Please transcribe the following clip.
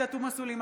עאידה תומא סלימאן,